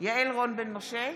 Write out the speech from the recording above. יעל רון בן משה,